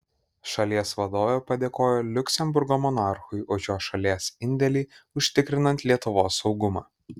šalies vadovė padėkojo liuksemburgo monarchui už jo šalies indėlį užtikrinant lietuvos saugumą